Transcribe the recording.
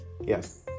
Yes